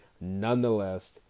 Nonetheless